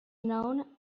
known